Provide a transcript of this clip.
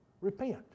repent